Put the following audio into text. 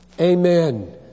Amen